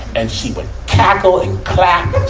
and she would cackle and clap.